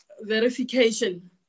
verification